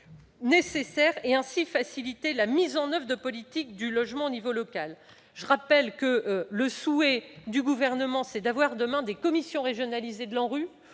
dimension -et, ainsi, de faciliter la mise en oeuvre de politiques du logement au plan local. Je rappelle que le souhait du Gouvernement est d'avoir, demain, des commissions régionalisées de l'ANRU